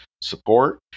support